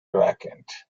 vacant